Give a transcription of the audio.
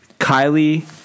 Kylie